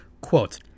Quote